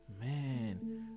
man